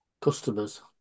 customers